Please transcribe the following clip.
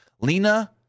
Lena